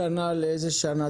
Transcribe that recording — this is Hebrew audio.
ובשנת